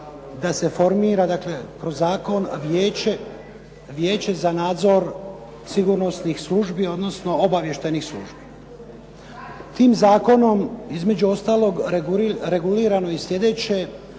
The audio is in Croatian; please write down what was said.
da se formira, dakle kroz zakon Vijeće za nadzor sigurnosnih službi, odnosno obavještajnih službi. Tim zakonom između ostalog regulirano je i sljedeće,